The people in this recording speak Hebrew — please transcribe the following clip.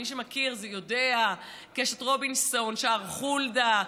מי שמכיר ויודע, קשת רובינסון, שער חולדה.